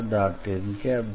ndsSF